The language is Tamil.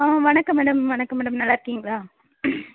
ஆ வணக்கம் மேடம் வணக்கம் மேடம் நல்லா இருக்கீங்களா